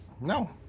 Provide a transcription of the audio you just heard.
no